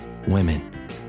women